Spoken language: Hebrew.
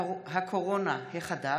הקורונה החדש)